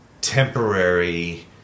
temporary